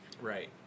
Right